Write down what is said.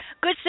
Good